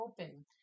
open